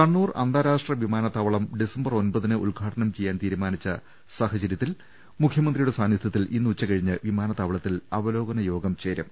കണ്ണൂർ അന്താരാഷ്ട്ര വിമാനത്താവളം ഡിസംബർ ഴ് ന് ഉദ്ഘാടനം ചെയ്യാൻ തീരുമാനിച്ച സാഹചര്യത്തിൽ മുഖ്യമന്ത്രിയുടെ സാന്നിധ്യത്തിൽ ഇന്ന് ഉച്ച കഴി ഞ്ഞ് വിമാനത്താവളത്തിൽ അവലോകന യോഗം ചേരും